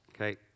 Okay